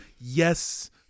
Yes